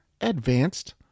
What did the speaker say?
advanced